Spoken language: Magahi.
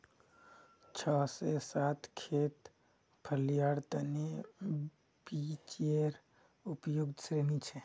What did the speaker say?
छह से सात खेत फलियार तने पीएचेर उपयुक्त श्रेणी छे